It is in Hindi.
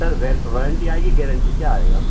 सर वरेंटी आएगी गरेंटी क्या आएगा